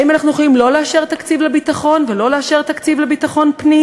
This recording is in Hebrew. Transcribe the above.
האם אנחנו יכולים לא לאשר תקציב לביטחון ולא לאשר תקציב לביטחון פנים?